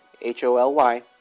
H-O-L-Y